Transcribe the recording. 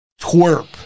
twerp